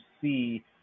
see